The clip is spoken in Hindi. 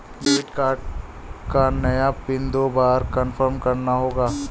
डेबिट कार्ड का नया पिन दो बार कन्फर्म करना होगा